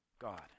God